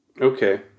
Okay